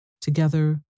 together